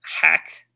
hack